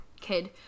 kid